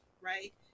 right